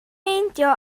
meindio